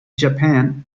japan